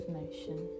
motion